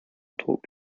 talk